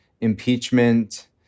impeachment